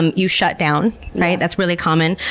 um you shut down, right? that's really common.